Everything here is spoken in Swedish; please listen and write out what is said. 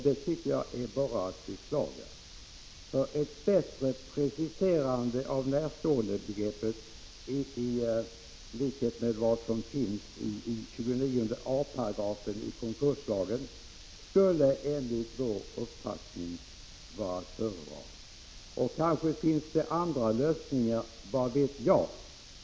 Det tycker jag är att beklaga, för ett bättre preciserande av närståendebegreppet, i likhet med vad som finns i 29 a § konkurslagen, skulle enligt vår uppfattning vara att föredra. Kanske finns det andra lösningar — vad vet jag?